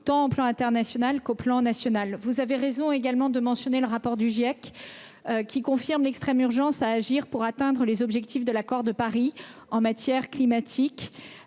tant internationale que nationale. Vous avez raison de mentionner également le rapport du Giec, qui confirme l'extrême urgence d'agir pour atteindre les objectifs de l'accord de Paris en matière climatique.